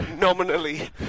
nominally